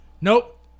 Nope